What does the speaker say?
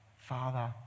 Father